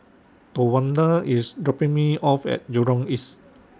Towanda IS dropping Me off At Jurong East